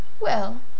Well